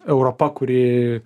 europa kuri